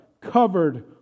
covered